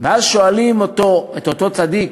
ואז שואלים את אותו צדיק: